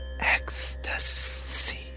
ecstasy